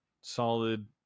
solid